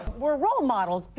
we're role models.